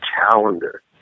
calendar